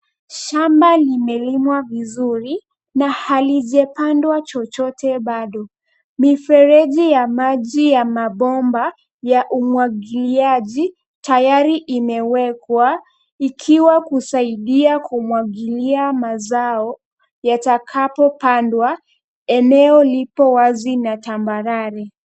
Shamba limelimwa vizuri na halijapandwa chochote bado. Mifereji ya maji ya mabomba ya umwagiliaji tayari imewekwa ikiwa kusaidia kumwagilia mazao yatakapopandwa. Eneo lipo wazi na tambarare.